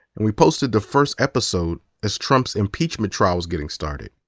and we posted the first episode as trump's impeachment trial was getting started.